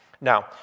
Now